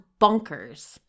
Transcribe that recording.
bonkers